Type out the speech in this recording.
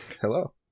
hello